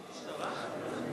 השאילתא לא ברורה.